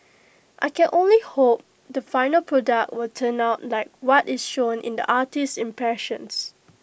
I can only hope the final product will turn out like what is shown in the artist's impressions